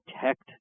protect